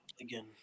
Again